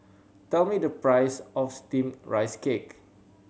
tell me the price of Steamed Rice Cake